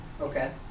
Okay